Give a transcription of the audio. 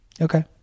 Okay